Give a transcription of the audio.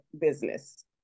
business